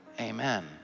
amen